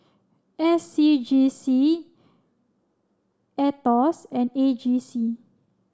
S C G C AETOS and A G C